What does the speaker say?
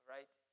Right